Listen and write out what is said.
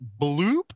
bloop